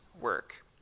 work